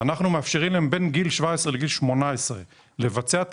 נאפשר להם בין גיל 17 לגיל 18 לבצע את